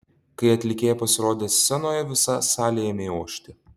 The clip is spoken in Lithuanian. kai atlikėja pasirodė scenoje visa salė ėmė ošti